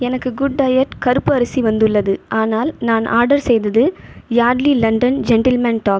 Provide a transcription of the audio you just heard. எனக்கு குட்டையட் கருப்பு அரிசி வந்துள்ளது ஆனால் நான் ஆர்டர் செய்தது யார்ட்லீ லண்டன் ஜென்டில்மேன் டாக்